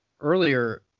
earlier